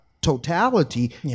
totality